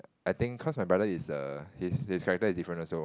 I think cause my brother is err his his character is different also